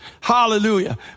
Hallelujah